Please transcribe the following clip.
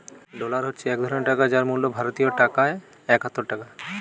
dollar হচ্ছে এক ধরণের টাকা যার মূল্য ভারতীয় টাকায় একাত্তর টাকা